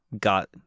got